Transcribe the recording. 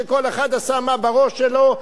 שכל אחד עשה מה בראש שלו,